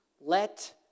let